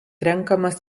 renkamas